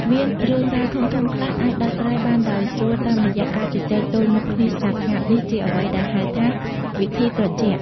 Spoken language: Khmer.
មានរឿងរ៉ាវធំៗខ្លះអាចដោះស្រាយបានដោយស្រួលតាមរយៈការជជែកទល់មុខគ្នាស្ងាត់ៗ នេះជាអ្វីដែល ហៅថា វិធីត្រជាក់